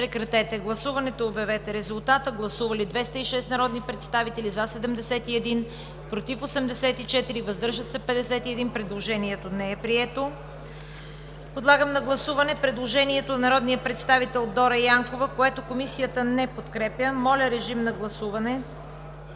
режим на гласуване. Гласували 203 народни представители: за 69, против 102, въздържали се 32. Предложението не е прието. Подлагам на гласуване предложението на народния представител Даниела Дариткова, което Комисията не подкрепя. Моля, режим на гласуване.